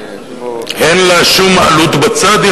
אין לה שום עלות בצד,